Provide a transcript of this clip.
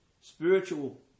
spiritual